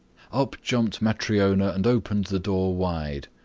up jumped matryona and opened the door wide.